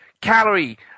calorie